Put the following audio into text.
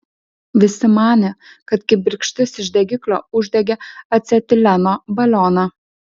visi manė kad kibirkštis iš degiklio uždegė acetileno balioną